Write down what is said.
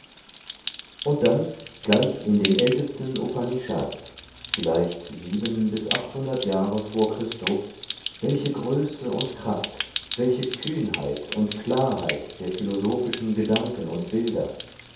und dann gleich in den ältesten upanishads vielleicht jahre vor christo welche größe und kraft welche kühnheit und klarheit der philosophischen gedanken und bilder